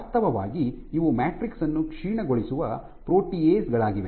ವಾಸ್ತವವಾಗಿ ಇವು ಮ್ಯಾಟ್ರಿಕ್ಸ್ ಅನ್ನು ಕ್ಷೀಣಗೊಳಿಸುವ ಪ್ರೋಟಿಯೇಸ್ ಗಳಾಗಿವೆ